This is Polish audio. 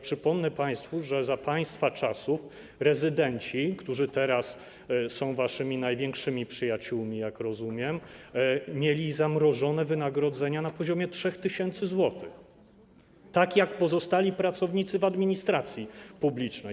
Przypomnę państwu, że za państwa czasów prezydenci, którzy teraz są waszymi największymi przyjaciółmi, jak rozumiem, mieli zamrożone wynagrodzenia na poziomie 3 tys. zł, tak jak pozostali pracownicy administracji publicznej.